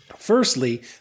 Firstly